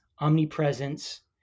omnipresence